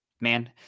Man